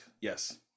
Yes